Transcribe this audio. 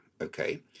okay